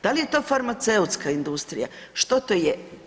Da li je to farmaceutska industrija, što to je?